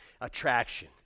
Attraction